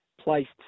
placed